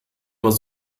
immer